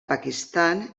pakistan